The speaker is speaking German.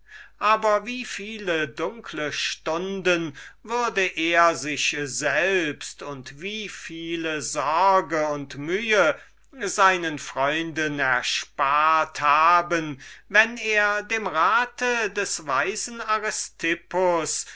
blieb wie viel dunkle stunden würde er sich selbst und wie viele sorgen und mühe seinen freunden erspart haben wenn er dem rate des weisen